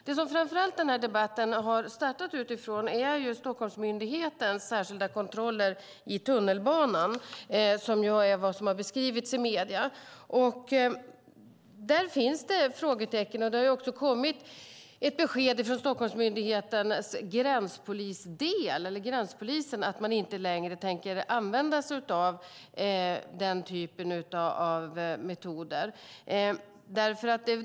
Den här debatten har framför allt startat utifrån Stockholmsmyndighetens särskilda kontroller i tunnelbanan, som ju är vad som har beskrivits i medierna. Där finns det frågetecken, och det har också kommit ett besked från Stockholmsmyndighetens gränspolis att man inte längre tänker använda sig av den typen av metoder.